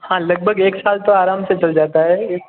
हाँ लगभग एक साल तो आराम से चल जाता है एक एक